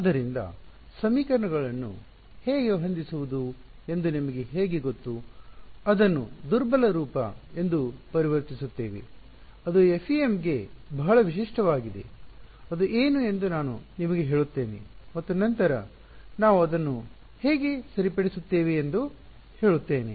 ಆದ್ದರಿಂದ ಸಮೀಕರಣಗಳನ್ನು ಹೇಗೆ ಹೊಂದಿಸುವುದು ಎಂದು ನಿಮಗೆ ಹೇಗೆ ಗೊತ್ತು ಅದನ್ನು ದುರ್ಬಲ ರೂಪ ಎಂದು ಪರಿವರ್ತಿಸುತ್ತೇವೆ ಅದು FEM ಗೆ ಬಹಳ ವಿಶಿಷ್ಟವಾಗಿದೆ ಅದು ಏನು ಎಂದು ನಾನು ನಿಮಗೆ ಹೇಳುತ್ತೇನೆ ಮತ್ತು ನಂತರ ನಾವು ಅದನ್ನು ಹೇಗೆ ಸರಿಪಡಿಸುತ್ತೇವೆ ಎಂದು ಹೇಳುತ್ತೇನೆ